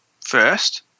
first